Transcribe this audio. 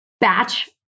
batch